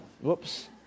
Whoops